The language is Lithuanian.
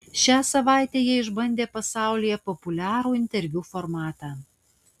šią savaitę jie išbandė pasaulyje populiarų interviu formatą